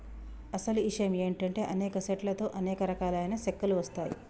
అసలు ఇషయం ఏంటంటే అనేక సెట్ల తో అనేక రకాలైన సెక్కలు వస్తాయి